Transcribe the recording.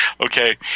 Okay